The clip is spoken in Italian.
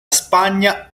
spagna